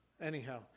Anyhow